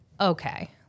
okay